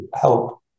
help